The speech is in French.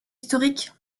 historique